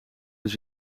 dus